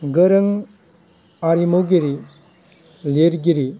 गोरों आरिमुगिरि लिरगिरि